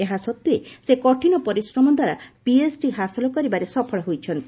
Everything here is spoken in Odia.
ଏହାସଡ୍ତ୍ୱେ ସେ କଠିନ ପରିଶ୍ରମଦ୍ୱାରା ପିଏଚ୍ଡି ହାସଲ କରିବାରେ ସଫଳ ହୋଇଛନ୍ତି